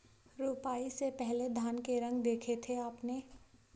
रोपाई से पहले धान के रंग देखे थे आपने?